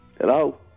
Hello